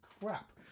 crap